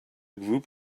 group